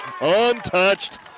untouched